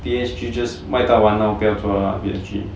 P_S_G just 卖到完 lor 不要做了 lah